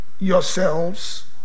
Yourselves